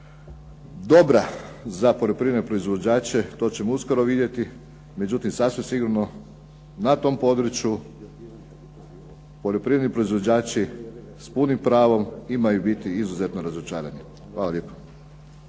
dobra za poljoprivredne proizvođače to ćemo uskoro vidjeti. Međutim, sasvim sigurno na tom području poljoprivredni proizvođači s punim pravom imaju biti izuzetno razočarani. Hvala lijepo.